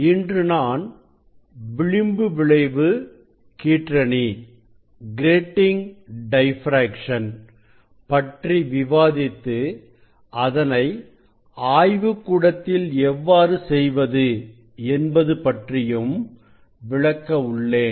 இன்று நான் விளிம்பு விளைவு கீற்றணி பற்றி விவாதித்து அதனை ஆய்வுகூடத்தில் எவ்வாறு செய்வது என்பது பற்றியும் விளக்க உள்ளேன்